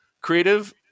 creative